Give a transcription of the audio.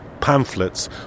pamphlets